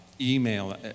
email